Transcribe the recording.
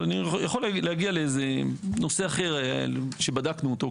אבל אני יכול להגיד לאיזה שהוא נושא אחר שבדקנו אותו.